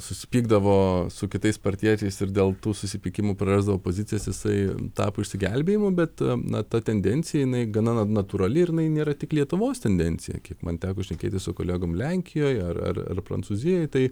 susipykdavo su kitais partiečiais ir dėl tų susipykimų prarasdavo pozicijas jisai tapo išsigelbėjimu bet na ta tendencija gana na natūrali ir jinai nėra tik lietuvos tendencija kiek man teko šnekėtis su kolegom lenkijoj ar ar ar prancūzijoj tai